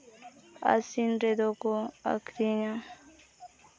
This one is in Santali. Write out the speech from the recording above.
ᱟᱥᱤᱱ ᱨᱮᱫᱚ ᱠᱚ ᱟᱹᱠᱷᱨᱤᱧᱟ